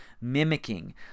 mimicking